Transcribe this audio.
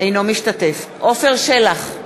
בהצבעה עפר שלח,